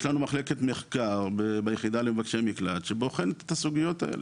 יש לנו מחלקת מחקר ביחידה למבקשי מקלט שבוחנת את הסוגיות האלה.